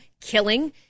killing